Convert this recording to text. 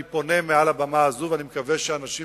אני פונה מעל הבמה הזאת, ומקווה שאנשים